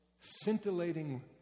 scintillating